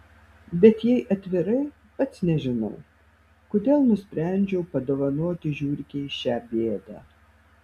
bet jei atvirai pats nežinau kodėl nusprendžiau padovanoti žiurkei šią bėdą